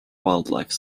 wildlife